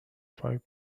five